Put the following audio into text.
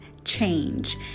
change